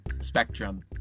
spectrum